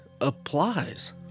applies